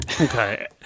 Okay